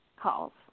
calls